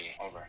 over